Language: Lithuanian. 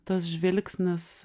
tas žvilgsnis